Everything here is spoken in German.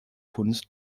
kunst